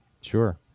sure